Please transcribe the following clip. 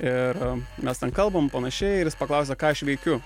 ir mes ten kalbam panašiai ir jis paklausė ką aš veikiu